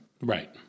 Right